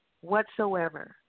whatsoever